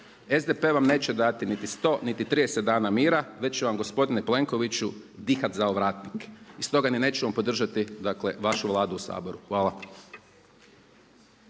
SDP vam neće dati niti 100 niti 30 dana mira već će vam gospodine Plenkoviću dihat za ovratnik. I stoga ni nećemo podržati dakle vašu Vladu u Saboru. Hvala.